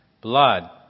blood